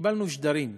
קיבלנו שדרים בנוסח: